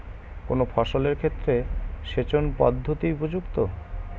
কোন ফসলের ক্ষেত্রে সেচন পদ্ধতি উপযুক্ত?